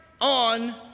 on